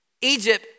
Egypt